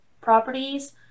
properties